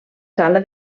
sala